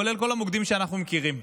כולל כל המוקדים שאנחנו מכירים.